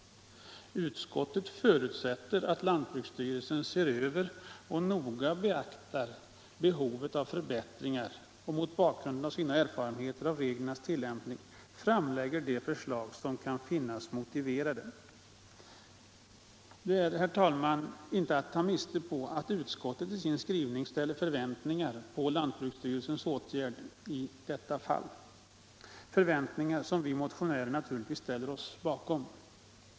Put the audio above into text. Utskottet förutsätter att lantbruksstyrelsen ser över och noga beaktar behovet av förbättringar och mot bakgrunden av sina erfarenheter av reglernas tillämpning framlägger de förslag som kan befinnas motiverade. Det är, herr talman, inte att ta miste på att utskottet i sin skrivning ställer förväntningar på lantbruksstyrelsens åtgärder i detta fall. Det är förväntningar som vi motionärer naturligtvis delar.